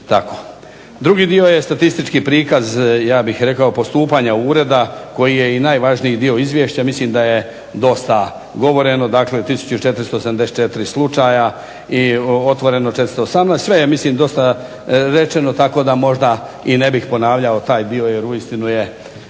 Drugi dio je statistički prikaz ja bih rekao postupanja ureda koji je i najvažniji dio izvješća. Mislim da je dosta govoreno. Dakle, tisuću 474 slučaja i otvoreno 418, mislim sve je dosta rečeno tako da može i ne bih ponavljao taj dio jer je uistinu